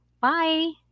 Bye